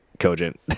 cogent